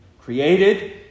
created